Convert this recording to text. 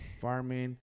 Farming